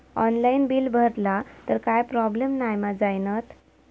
Online bill भरला तर काय प्रोब्लेम नाय मा जाईनत?